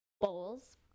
Bowls